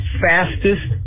fastest